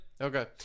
Okay